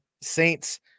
Saints